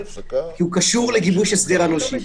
כי הוא קשור לגיבוש הסדר הנושים.